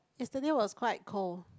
yesterday was quite cold